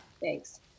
Thanks